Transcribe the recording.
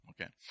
Okay